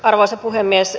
arvoisa puhemies